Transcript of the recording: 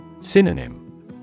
Synonym